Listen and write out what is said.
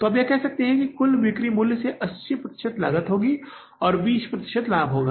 तो आप कह सकते हैं कि कुल बिक्री मूल्य से 80 प्रतिशत लागत होगी और 20 प्रतिशत लाभ होगा